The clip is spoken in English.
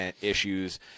issues